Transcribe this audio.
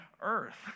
earth